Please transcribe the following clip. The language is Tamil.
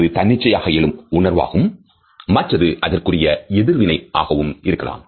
ஒன்று தன்னிச்சையாக எழும் உணர்வாகும் மற்றது அதற்குரிய எதிர்வினை ஆகவும் இருக்கலாம்